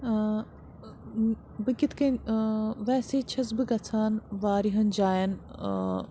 بہٕ کِتھ کٔنۍ ویسے چھَس بہٕ گَژھان واریاہَن جایَن